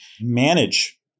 manage